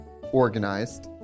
organized